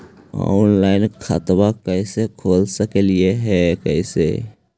Online खाता कैसे खोल सकली हे कैसे?